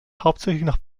hauptsächlich